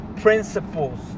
principles